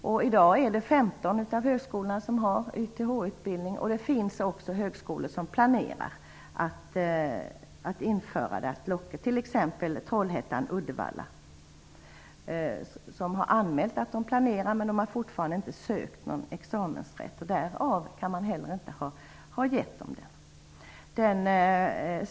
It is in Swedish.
I dag finns YTH i 15 högskolor. Det finns också högskolor som planerar att införa den, t.ex. Trollhättan/Uddevalla, men som fortfarande inte sökt någon examensrätt. Därför kan man inte heller ha gett dem den.